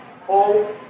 hold